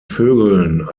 vögeln